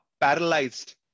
paralyzed